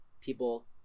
people